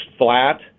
flat